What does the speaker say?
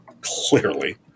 Clearly